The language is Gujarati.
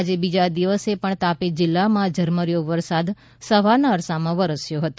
આજે બીજા દિવસે પણ તાપી જિલ્લામાં ઝરમરીથો વરસાદ સવારના અરસામાં વરસ્યો હતો